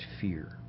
fear